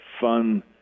fun